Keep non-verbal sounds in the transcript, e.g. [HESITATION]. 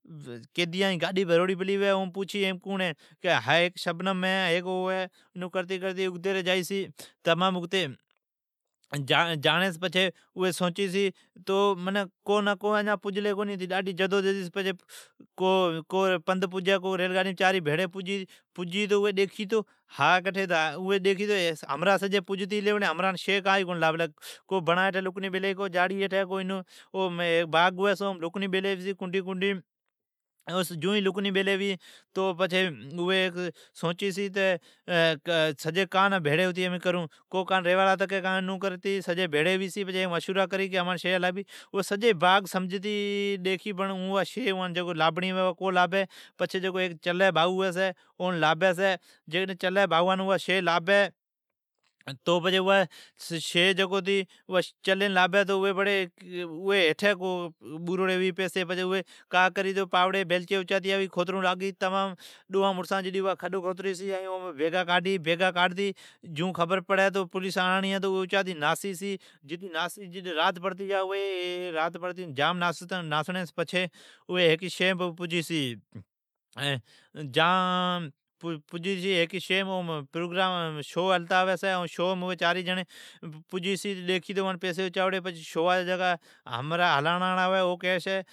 ھیک قیدیا جی گاڈی بھروڑی ھوی اویم پوچھی ھا کوڑ ہے ھا شبنم ہے کو کوڑ ہے۔ اگتی جائی چھی پچھی سوچی چھی۔ کو نہ کو پند پجلی کو نی ،ڈاڈھی جدوجدمی کو ریل گاڈیم چاری بھڑی پجی چھی، ھا کٹی س آلا ،اوان ملی کئین کونی کو کو بڑان [HESITATION] ھیٹھی لکنی بیلی ھوی۔ کو جاڑی ھیٹھی ۔ھیک باع ھوی چھی اوم لکنی بیلی ھوی۔ اوان ملی کئین کونی۔ کو ھیکی ڈجین ریوالا تکی کو کئین اوان کیلی ھمین آپون بھیڑی ھتی لابھون ۔ پچھی اوی سجی باع سمجتی ڈیکھی ۔جتی اوا شی لابھڑی ھوی اوا کو لابھ ۔ پچھی ھیک چلی بھائو ھوی چھی اون لابھی چھی، چلی بھاوان اوا شی لابھی، اوا شی چلین لابھی اوی ھیٹھی بوروڑی ھوی پیسی، پاوڑی بیلچی اچاتی جائی کھوترون لاگی۔ ڈوئان [NOISE] مڑسان جتری کھڈ کھوٹری سی بیگا کاڈھی ائین جیون خبر پڑی تو پولیس آڑاڑین ہے، پولیس آوی اوی اچاتی ناسی چھی۔ رات پڑتی ھیکی شی نہ پجی چھی جاجھام ناسڑیس پچھی اوی ھیکی شئیم پجی چھی۔ [HESITATION] او پروگرامام شو ھلتا ھوی پچھی اوی چاری جیڑین پجی چھی۔ ھلاڑا ڑا ھوی او کی سی۔